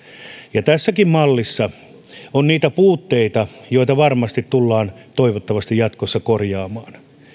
ja tässäkin mallissa on niitä puutteita joita varmasti tullaan toivottavasti jatkossa korjaamaan